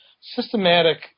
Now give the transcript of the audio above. systematic